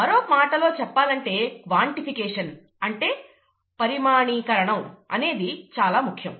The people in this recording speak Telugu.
మరో మాటలో చెప్పాలంటే క్వాన్టిఫికేషన్ పరిమాణికరణం అనేది ముఖ్యం